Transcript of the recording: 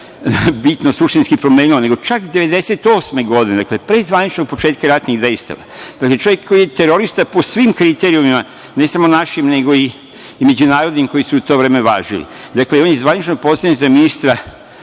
bitno suštinski promenilo, nego čak 1998. godine pre zvaničnog početka ratnih dejstava, čovek koji je terorista po svim kriterijumima, ne samo našim nego i međunarodnim koji su u to vreme važili? Dakle, on je zvanično postavljen za ministra